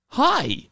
Hi